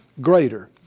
greater